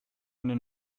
eine